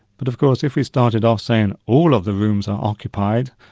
but of course if we started off saying all of the rooms are occupied,